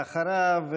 ואחריו,